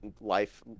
life